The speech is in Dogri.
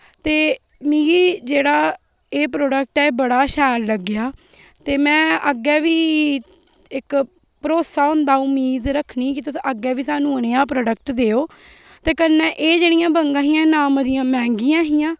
ते मिगी जेह्ड़ा एह् प्रोडक्ट ऐ बड़ा गे शैल लगेआ ते में अग्गे बी इक भरोसा होंदा उम्मीद रखनी की तुस अग्गे बी सानु नेहा प्रोडक्ट देओ ते कन्नै ऐ जेह्ड़िया बंगा हियां ना मतियां मंह्गीयां हियां